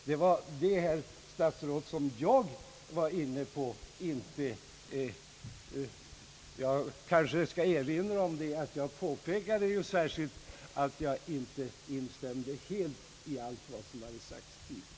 Det var detta som jag var inne på, herr statsrådet. Jag kanske skall erinra om att jag särskilt påpekade att jag inte instämde i allt som sagts tidigare.